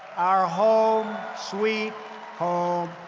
our home sweet home.